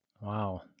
Wow